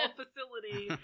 facility